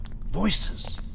Voices